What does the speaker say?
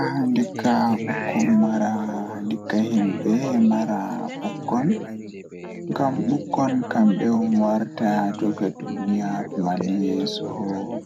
Ah ndikka himɓe maraa ɓikkon Ko sabu ngal, warti ɓe heɓata moƴƴi e